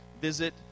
visit